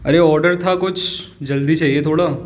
अरे ऑर्डर था कुछ जल्दी चाहिए थोड़ा